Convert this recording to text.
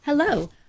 Hello